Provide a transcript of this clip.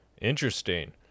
interesting